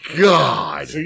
God